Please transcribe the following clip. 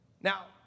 Now